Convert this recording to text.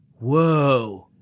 Whoa